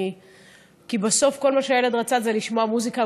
כי בסוף כל מה שהילד רצה זה לשמוע מוזיקה,